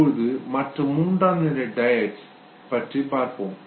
இப்போது மற்ற மூன்றாம் நிலை டயட்ஸ் இருவுணர்வு கலப்பு பற்றி பார்ப்போம்